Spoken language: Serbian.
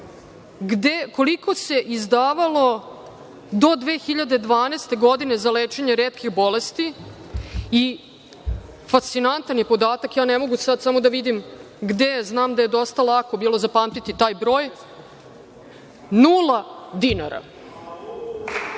koliko se izdavalo do 2012. godine za lečenje retkih bolesti i fascinantan je podatak, je ne mogu sad, samo da vidim, znam da je dosta lako bilo zapamtiti taj broj - 0 dinara.